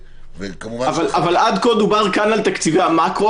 וכמובן --- אבל עד כה דובר כאן על תקציבי המקרו,